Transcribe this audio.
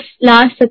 last